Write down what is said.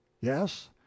Yes